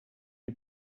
die